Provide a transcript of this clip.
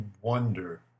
wonder